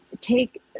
take